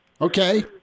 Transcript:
Okay